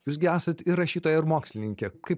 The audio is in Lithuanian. jūs gi esat ir rašytoja ir mokslininkė kaip